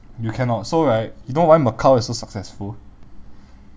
you cannot so right you know why macau is so successful